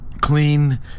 clean